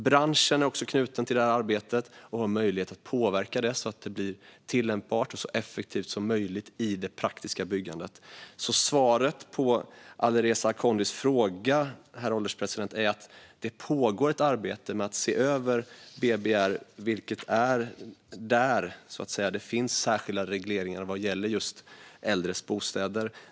Branschen är också knuten till detta arbete och har möjlighet att påverka det så att det blir tillämpbart och så effektivt som möjligt i det praktiska byggandet. Svaret på Alireza Akhondis fråga, herr ålderspresident, är alltså att det pågår ett arbete med att se över BBR. Det är i BBR det finns särskilda regleringar vad gäller just äldres bostäder.